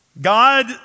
God